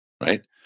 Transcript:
Right